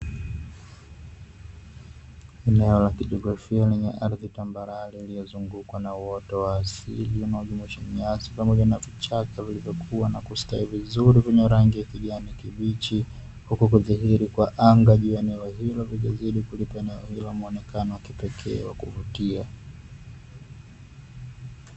Eneo la kijiografia lenye ardhi tambarare, iliyozungukwa na uoto wa asili unaojumuisha, nyasi pamoja na vichaka vilivyokua na kustawi vizuri vyenye rangi ya kijani kibichi, huku kudhihiri kwa anga juu ya eneo hilo, vikizidi kulipa eneo hilo muonekano wa kipekee wa kuvutia.